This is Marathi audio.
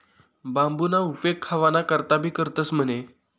बांबूना उपेग खावाना करता भी करतंस म्हणे